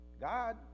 God